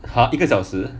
!huh! 一个小时